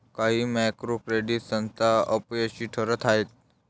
काही micro credit संस्था अपयशी ठरत आहेत